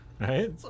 right